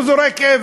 הוא זורק אבן.